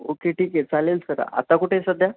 okay ठीक आहे चालेल सर आता कुठे सध्या